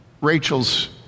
Rachel's